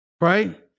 Right